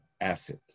asset